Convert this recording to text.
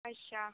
ਅੱਛਾ